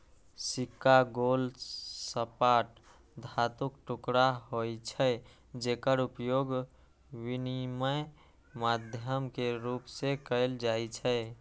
सिक्का गोल, सपाट धातुक टुकड़ा होइ छै, जेकर उपयोग विनिमय माध्यम के रूप मे कैल जाइ छै